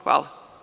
Hvala.